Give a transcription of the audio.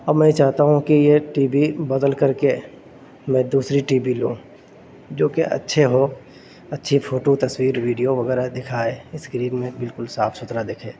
اب میں یہ چاہتا ہوں کہ یہ ٹی وی بدل کر کے میں دوسری ٹی وی لوں جو کہ اچھے ہوں اچھی فوٹو تصویر ویڈیو وغیرہ دکھائے اسکرین میں بالکل صاف ستھرا دکھے